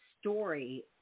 story